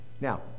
Now